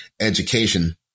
education